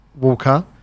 Walker